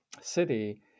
city